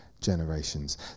generations